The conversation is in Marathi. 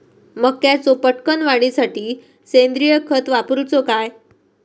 मक्याचो पटकन वाढीसाठी सेंद्रिय खत वापरूचो काय?